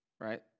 right